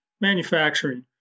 manufacturing